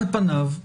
על פניו,